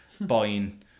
buying